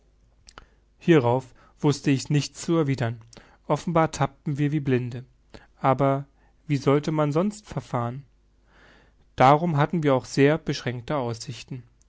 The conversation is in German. hierauf wußte ich nichts zu erwidern offenbar tappten wir wie blinde aber wie sollte man sonst verfahren darum hatten wir auch sehr beschränkte aussichten